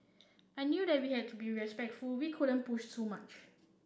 I knew that we had to be very respectful we couldn't push too much